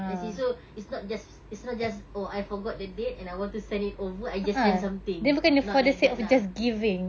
I see so it's not just it's not just oh I forgot the date and I want to send it over I just send something it's not like that lah